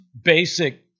basic